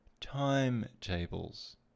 timetables